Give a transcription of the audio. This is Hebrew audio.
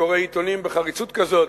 שקורא עיתונים בחריצות כזאת,